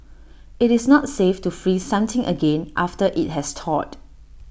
IT is not safe to freeze something again after IT has thawed